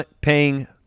paying